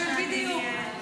כן, בדיוק.